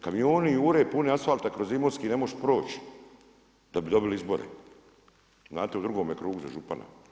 Kamioni jure puni asfalta kroz Imotski, ne moš proć da bi dobili izbore, znate u drugome krugu za župana.